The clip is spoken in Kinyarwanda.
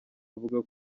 avuga